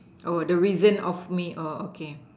oh the reason of me oh okay